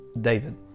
David